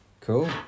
Cool